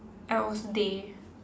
else day